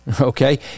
okay